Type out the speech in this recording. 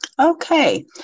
Okay